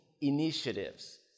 initiatives